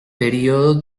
período